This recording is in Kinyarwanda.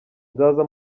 nzaza